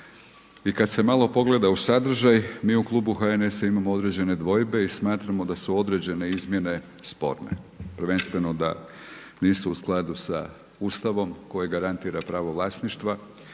I kada se malo pogleda u sadržaj mi u Klubu HNS-a imamo određene dvojbe i smatramo da su određene izmjene sporne, prvenstveno da nisu u skladu sa Ustavom koje garantira pravo vlasništva